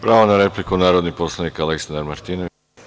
Pravo na repliku narodni poslanik Aleksandar Martinović.